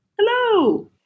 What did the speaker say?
Hello